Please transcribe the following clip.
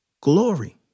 glory